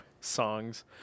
songs